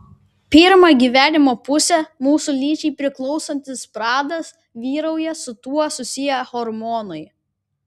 pirmą gyvenimo pusę mūsų lyčiai priklausantis pradas vyrauja su tuo susiję hormonai